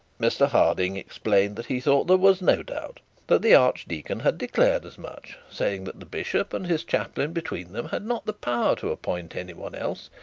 mr harding explained that he thought there was no doubt that the archdeacon had declared as much, saying that the bishop and his chaplain between them had not the power to appoint any once else,